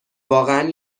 واقعا